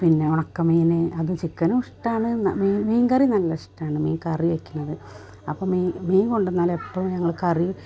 പിന്നെ ഉണക്ക മീൻ അതു ചിക്കനും ഇഷ്ടമാണ് മീൻ കറി നല്ലിഷ്ടമാണ് മീൻ കറി വെക്കുന്നത് അപ്പം മീൻ മീൻ കൊണ്ടെന്നാൽ ഇപ്പോൾ ഞങ്ങൾ കറി